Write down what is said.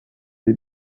des